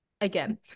again